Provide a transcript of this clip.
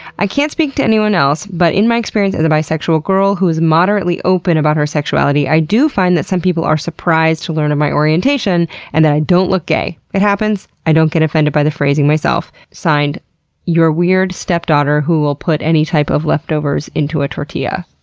i can't speak to anyone else, but in my experience as a bisexual girl who is moderately open about her sexuality, i do find that some people are surprised to learn of my orientation and that i don't look gay. it happens. i don't get offended by the phrasing myself. signed your weird stepdaughter who will put any type of leftovers into a tortilla.